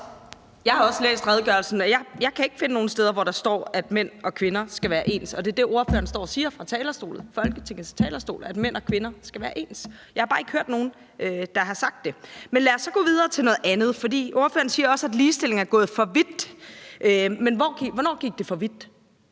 Jeg har også læst redegørelsen, og jeg kan ikke finde nogen steder, hvor der står, at mænd og kvinder skal være ens, og det er det, ordføreren står og siger fra Folketingets talerstol, altså at mænd og kvinder skal være ens. Jeg har bare ikke hørt nogen, der har sagt det. Men lad os så gå videre til noget andet, for ordføreren siger også, at ligestillingen er gået for vidt. Men hvornår gik den for vidt?